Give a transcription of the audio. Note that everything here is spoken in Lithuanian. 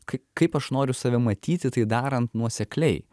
kaip kaip aš noriu save matyti tai darant nuosekliai